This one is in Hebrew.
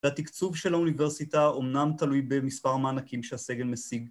‫והתקצוב של האוניברסיטה ‫אמנם תלוי במספר המענקים שהסגל משיג.